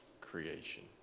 creation